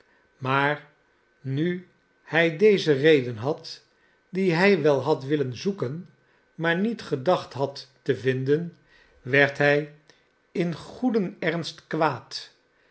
maar nu hij deze reden had die hij wel had willen zoeken maar niet gedacht had te vinden werd hij in goeden ernst kwaad